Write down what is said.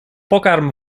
pokarm